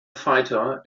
fighter